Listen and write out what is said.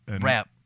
rap